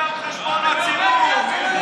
והחבר המושחת שלך סידר לך עבודה.